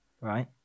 right